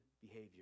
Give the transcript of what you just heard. behavior